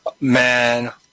Man